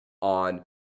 on